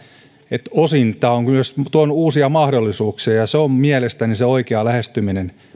että osin tämä on tuonut myös uusia mahdollisuuksia ja ja se on mielestäni se oikea lähestyminen meille